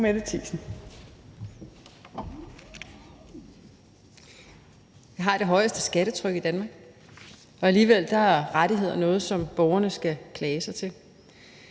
Vi har det højeste skattetryk i Danmark, og alligevel er rettigheder noget, som borgerne skal klage sig til.